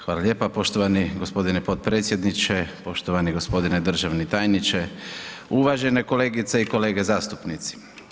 Hvala lijepa poštovani gospodine potpredsjedniče, poštovani gospodine državni tajniče, uvažene kolegice i kolege zastupnici.